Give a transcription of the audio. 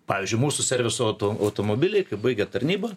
pavyzdžiui mūsų serviso automobiliai kai baigia tarnybą